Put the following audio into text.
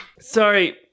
Sorry